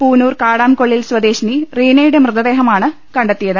പൂനൂർ കാടാംകൊള്ളിൽ സ്വദേശിനി റീനയുട്ടെ മൃത്രദേഹമാണ് കണ്ടെത്തിയത്